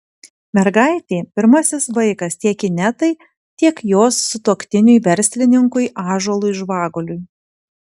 mergaitė pirmasis vaikas tiek inetai tiek jos sutuoktiniui verslininkui ąžuolui žvaguliui